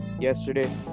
yesterday